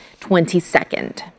22nd